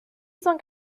cent